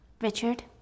Richard